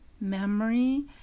memory